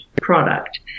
product